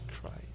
Christ